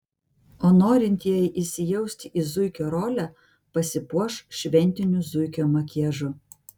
o norintieji įsijausti į zuikio rolę pasipuoš šventiniu zuikio makiažu